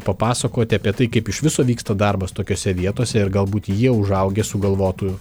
papasakoti apie tai kaip iš viso vyksta darbas tokiose vietose ir galbūt jie užaugę sugalvotų